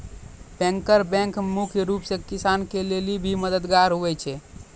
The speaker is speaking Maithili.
बैंकर बैंक मुख्य रूप से किसान के लेली भी मददगार हुवै छै